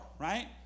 right